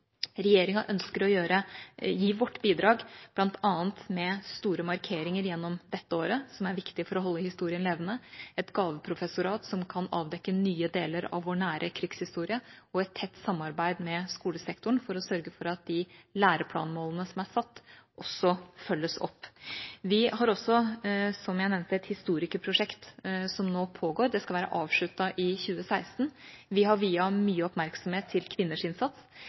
Regjeringa ønsker å gi sitt bidrag bl.a. med store markeringer gjennom dette året – som er viktig for å holde historien levende – et gaveprofessorat som kan avdekke nye deler av vår nære krigshistorie, og et tett samarbeid med skolesektoren for å sørge for at de læreplanmålene som er satt, også følges opp. Vi har også, som jeg nevnte, et historieprosjekt som nå pågår. Det skal være avsluttet i 2016. Vi har viet mye oppmerksomhet til kvinners innsats.